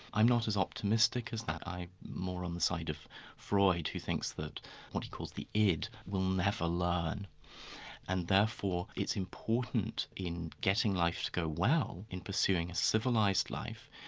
i'm not as optimistic as that. i'm more on the side of freud, who thinks that what he calls the id will never learn and therefore it's important in getting life to go well, in pursuing a civilised life,